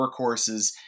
workhorses